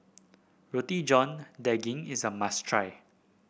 Roti John Daging is a must try